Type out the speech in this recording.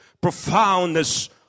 profoundness